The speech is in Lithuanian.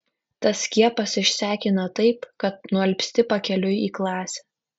tas skiepas išsekina taip kad nualpsti pakeliui į klasę